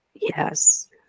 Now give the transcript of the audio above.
Yes